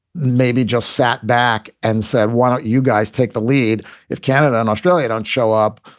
maybe just sat back and said, why don't you guys take the lead if canada and australia don't show up?